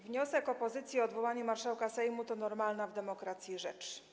Wniosek opozycji o odwołanie marszałka Sejmu to normalna w demokracji rzecz.